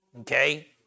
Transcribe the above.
Okay